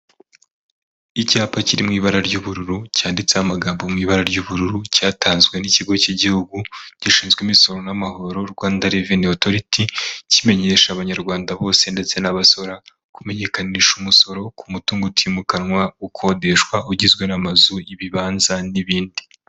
Icyapa kiri mu ibara ry'ubururu cyanditseho amagambo mu ibara ry'ubururu cyatanzwe n'ikigo cy'Igihugu gishinzwe imisoro n'amahoro Rwanda Revenue Authority kimenyesha abanyarwanda bose ndetse n'abasora kumenyekanisha umusoro ku mutungo utimukanwa ukodeshwa ugizwe n'amazu y'ibibanza n'ibindi.